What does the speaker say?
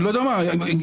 אני לא יודע מה, גברתי